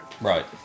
Right